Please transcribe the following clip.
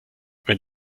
wenn